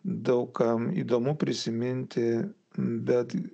daug kam įdomu prisiminti bet